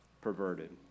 perverted